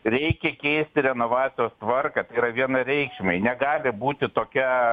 reikia keisti renovacijos tvarką tai yra vienareikšmiai negali būti tokia